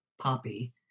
poppy